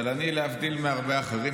אבל להבדיל מהרבה אחרים,